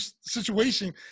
situation